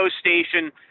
station